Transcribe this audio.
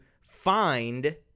find